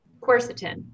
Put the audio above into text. quercetin